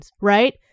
right